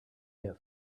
get